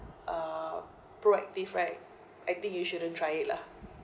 uh proactive right I think you shouldn't try it lah